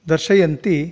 दर्शयन्ति